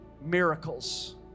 Miracles